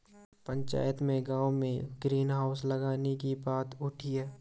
पंचायत में गांव में ग्रीन हाउस लगाने की बात उठी हैं